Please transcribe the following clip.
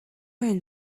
үеийн